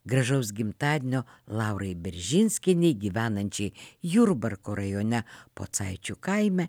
gražaus gimtadienio laurai beržinskienei gyvenančiai jurbarko rajone pocaičių kaime